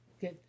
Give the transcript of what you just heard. Good